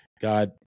God